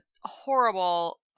horrible